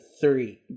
three